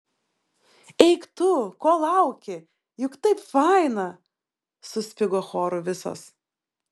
eik tu ko lauki juk taip faina suspigo choru visos